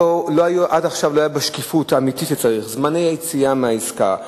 עד עכשיו לא היתה בהם השקיפות האמיתית: זמני היציאה מהעסקה,